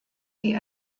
die